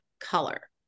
color